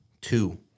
Two